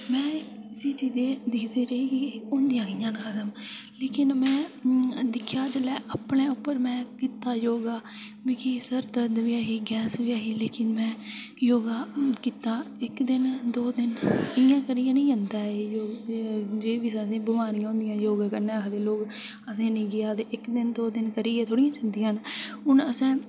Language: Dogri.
में इसी चीजै ई दिक्खदी रेही की होन्दियां कि'यां न खत्म लेकिन में दिक्खेआ जेल्लै अपने उप्पर कीता योगा मिगी सर दर्द बी ऐही गैस बी ऐही लेकिन में योगा कीता इक दिन दो दिन इ'यां करियै निं जंदा ऐ एह् जेह्ड़े बी किस्म दि'यां बमारियां होन्दियां योगै कन्नै आखदे लोग असें निं गेआ ते इक दिन दो दिन करियै थोह्ड़े जन्दियां न हून असें